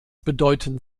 bedeuten